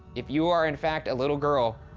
if you are, in fact, a little girl,